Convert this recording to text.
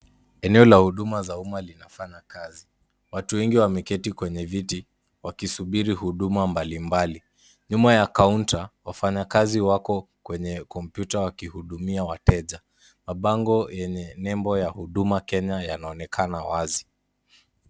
Eneo la huduma za umma linafanya kazi. Watu wengi wameketi kwenye viti, wakisubiri huduma mbalimbali, nyuma ya counter wafanyakazi wako kwenye kompyuta wakihudumia wateja. Mabango yenye nembo ya Huduma Kenya yanaonekana wazi.